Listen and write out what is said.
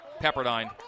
Pepperdine